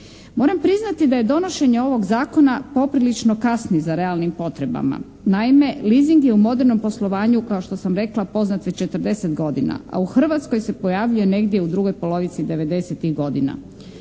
Moram priznati da je donošenje ovog zakona poprilično kasni za realnim potrebama. Naime, leasing je u modernom poslovanju kao što sam rekla poznat već 40 godina, a u Hrvatskoj se pojavljuje negdje u drugoj polovici devedesetih godina.